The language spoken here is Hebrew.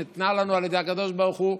ניתנה לנו על ידי הקדוש ברוך הוא,